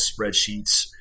spreadsheets